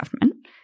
government